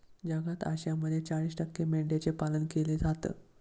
जगात आशियामध्ये चाळीस टक्के मेंढ्यांचं पालन केलं जातं